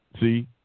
See